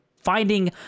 Finding